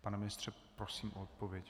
Pane ministře, prosím o odpověď.